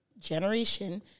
generation